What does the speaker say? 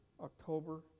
October